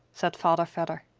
said father vedder.